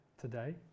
today